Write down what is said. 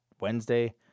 Wednesday